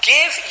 Give